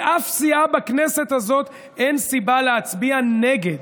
לאף סיעה בכנסת הזאת אין סיבה להצביע נגד.